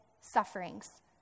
sufferings